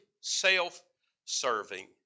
self-serving